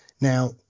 Now